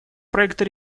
проекта